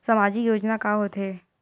सामाजिक योजना का होथे?